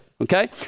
okay